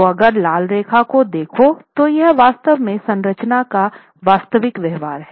तो अगर लाल रेखा को देखो तो यह वास्तव में संरचना का वास्तविक व्यवहार है